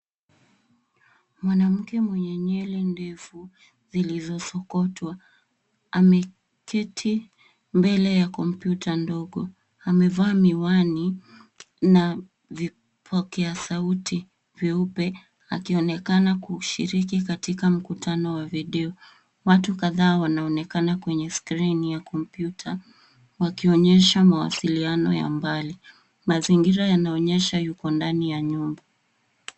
Mwanamke mwenye nywele ndefu zilizosokotwa ameketi mbele ya kompyuta ndogo. Amevaa miwani na vipokea sauti vyeupe akionekana kushiriki katika mkutano wa video. Watu kadhaa wanaonekana kweye skrini ya kompyuta wakionyesha mawasiliano ya mbali. Mazingira yanaonyesha yuko ndani ya nyumba.